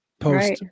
post